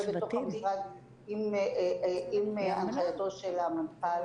ובתוך המשרד עם הנחייתו של המנכ"ל,